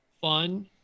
fun